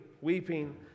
weeping